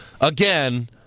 Again